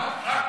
נכון.